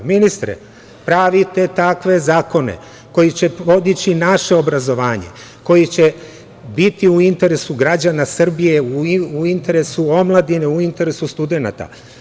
Ministre, pravite takve zakone koji će podići obrazovanje, koji će biti u interesu građana Srbije u interesu omladine, u interesu studenata.